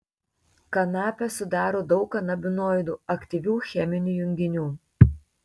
kanapę sudaro daug kanabinoidų aktyvių cheminių junginių